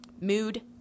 mood